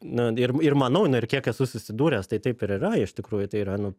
nu ir ir manau nu ir kiek esu susidūręs tai taip ir yra iš tikrųjų tai yra nu